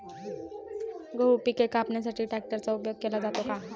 गहू पिके कापण्यासाठी ट्रॅक्टरचा उपयोग केला जातो का?